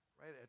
right